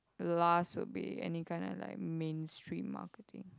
last would be any kind of like mainstream marketing